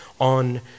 on